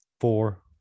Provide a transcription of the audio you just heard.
Four